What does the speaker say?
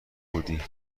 بودی